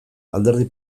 alderdi